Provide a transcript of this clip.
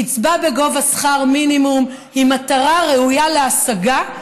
קצבה בגובה שכר מינימום היא מטרה ראויה להשגה,